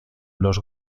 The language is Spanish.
los